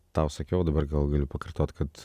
tau sakiau dabar gal galiu pakartot kad